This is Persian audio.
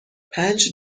پنج